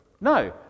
No